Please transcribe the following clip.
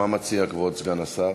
מה מציע כבוד סגן השר?